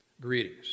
greetings